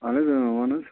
اَہن حظ اۭں وَن حظ